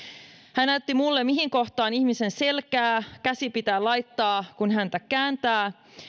hän näytti minulle mihin kohtaan ihmisen selkää käsi pitää laittaa kun häntä kääntää